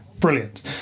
brilliant